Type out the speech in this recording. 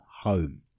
home